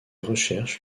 recherches